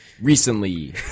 recently